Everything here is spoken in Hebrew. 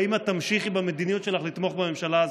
והאם את תמשיכי במדיניות שלך לתמוך בממשלה הזאת?